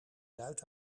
zuid